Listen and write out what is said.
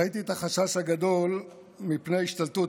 ראיתי את החשש הגדול מפני השתלטות